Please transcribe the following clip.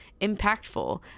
impactful